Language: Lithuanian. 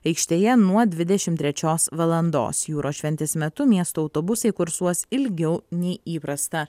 aikštėje nuo dvidešim trečios valandos jūros šventės metu miesto autobusai kursuos ilgiau nei įprasta